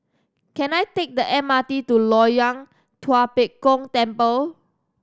can I take the M R T to Loyang Tua Pek Kong Temple